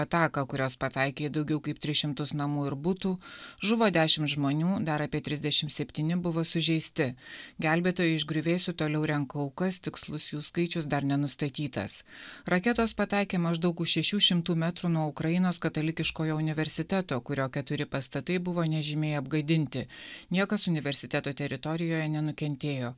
ataką kurios pataikė į daugiau kaip tris šimtus namų ir butų žuvo dešim žmonių dar apie trisdešim septyni buvo sužeisti gelbėtojai iš griuvėsių toliau renka aukas tikslus jų skaičius dar nenustatytas raketos pataikė maždaug už šešių šimtų metrų nuo ukrainos katalikiškojo universiteto kurio keturi pastatai buvo nežymiai apgadinti niekas universiteto teritorijoje nenukentėjo